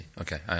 Okay